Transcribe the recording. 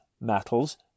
metals